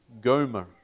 Gomer